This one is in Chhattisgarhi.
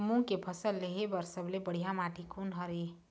मूंग के फसल लेहे बर सबले बढ़िया माटी कोन हर ये?